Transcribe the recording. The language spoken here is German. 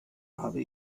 habe